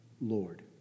Lord